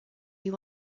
you